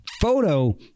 photo